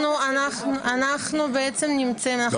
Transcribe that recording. היה